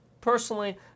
Personally